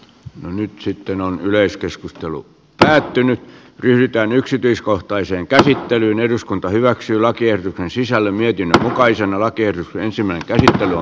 no nyt sitten on yleiskeskustelu päättynyt yhtään yksityiskohtaiseen käsittelyyn eduskunta hyväksyy laki ei sisällä myytynä sysätään raha automaattiyhdistyksen maksettavaksi